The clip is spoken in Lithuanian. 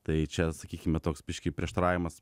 tai čia sakykime toks biškį prieštaravimas